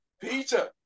Peter